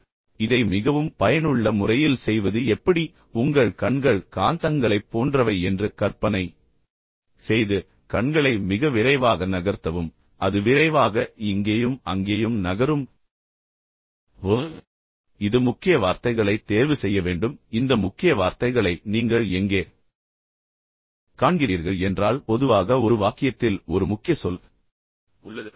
இப்போது இதை மிகவும் பயனுள்ள முறையில் செய்வது எப்படி உங்கள் கண்கள் காந்தங்களைப் போன்றவை என்று கற்பனை செய்து பின்னர் கண்களை மிக விரைவாக நகர்த்தவும் அது விரைவாக இங்கேயும் அங்கேயும் நகரும் போது எனவே இது முக்கிய வார்த்தைகளை தேர்வு செய்ய வேண்டும் இப்போது இந்த முக்கிய வார்த்தைகளை நீங்கள் எங்கே காண்கிறீர்கள் என்றால் பொதுவாக ஒரு வாக்கியத்தில் ஒரு முக்கிய சொல் உள்ளது